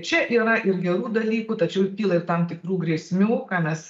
čia yra ir gerų dalykų tačiau kyla ir tam tikrų grėsmių ką mes